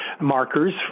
markers